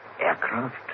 aircraft